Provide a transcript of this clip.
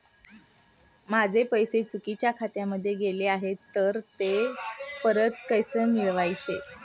माझे पैसे चुकीच्या खात्यामध्ये गेले आहेत तर ते परत कसे मिळवायचे?